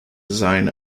design